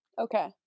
okay